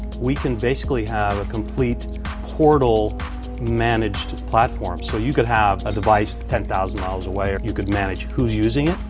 we can basically have a complete portal managed platform. so you could have a device ten thousand miles away, ah you could manage who's using